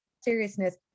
seriousness